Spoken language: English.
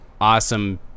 awesome